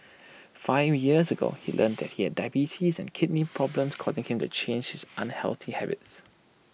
five years ago he learnt that he had diabetes and kidney problems causing him to change his unhealthy habits